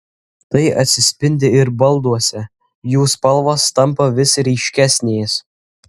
tai atsispindi ir balduose jų spalvos tampa vis ryškesnės